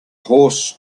horse